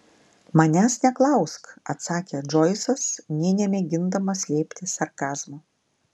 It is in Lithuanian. manęs neklausk atsakė džoisas nė nemėgindamas slėpti sarkazmo